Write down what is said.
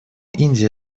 индия